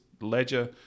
ledger